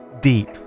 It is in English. deep